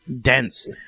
dense